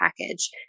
package